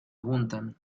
juntan